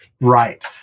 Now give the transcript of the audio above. Right